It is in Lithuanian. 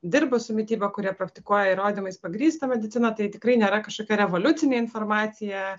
dirba su mityba kurie praktikuoja įrodymais pagrįsta medicina tai tikrai nėra kažkokia revoliucinė informacija